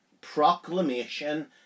proclamation